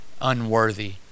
unworthy